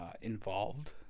involved